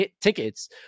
tickets